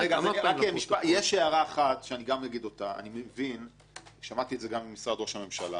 יש הערה אחת שמעתי גם ממשרד ראש הממשלה יש ויכוח,